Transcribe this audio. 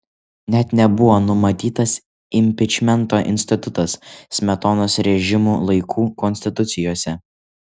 net nebuvo numatytas impičmento institutas smetonos režimo laikų konstitucijose